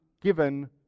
given